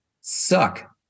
suck